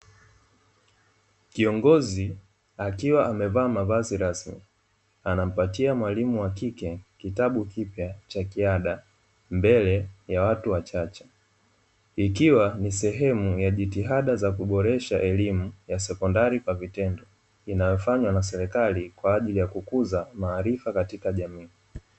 Kiongozi akiwa amevaa mavazi rasimi; Anampatia mwalimu wakike kitabu kipya cha kiada mbele ya watu wachache. Ikiwa ni sehemu ya jitihada za kuboresha elimu ya sekondari kwa vitendo, inayofanywa na serikali kwaajili ya kukuza maarifa katika jamii.